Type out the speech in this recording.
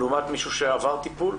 לעומת מישהו שעבר טיפול?